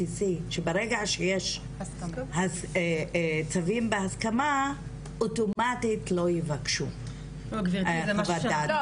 ברגע שיש צווים בהסכמה אז אוטומטית לא יבקשו חוות דעת,